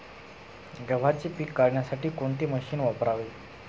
गव्हाचे पीक काढण्यासाठी कोणते मशीन वापरावे?